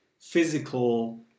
physical